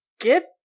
get